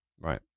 Right